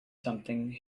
something